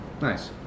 Nice